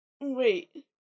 wait